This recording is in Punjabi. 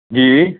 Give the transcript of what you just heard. ਜੀ